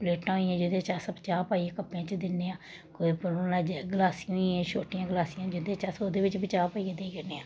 प्लेटां होई गेइयां जेह्दे च अस चाह् पाइयै कप्पें च दिन्ने आं कुदै गलासियां होई गेइयां छोटियां गलासियां जिंदे च अस ओह्दे बिच्च बी चाह् पाइयै देई ओड़ने आं